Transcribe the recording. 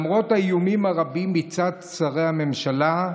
למרות האיומים הרבים מצד שרי הממשלה,